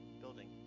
building